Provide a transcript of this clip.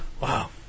Wow